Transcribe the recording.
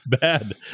bad